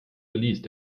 geleast